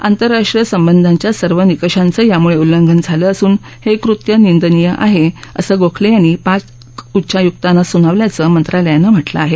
आंतरराष्ट्रीय संबधांच्या सर्व निकषांचं यामुळे उल्लंघन झालं असून हे कृत्य निंदनीय आहे असं गोखले यांनी पाक उच्चायुक्तांना सुनावल्याचं मंत्रालयानं म्हटलं आहे